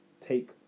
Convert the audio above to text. take